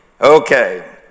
Okay